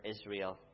Israel